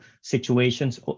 situations